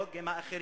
דיאלוג עם האחרים